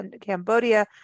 Cambodia